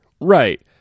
Right